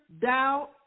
doubt